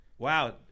Wow